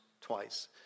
twice